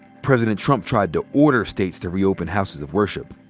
president trump tried to order states to reopen houses of worship.